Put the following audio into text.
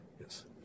yes